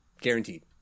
guaranteed